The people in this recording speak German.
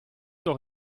doch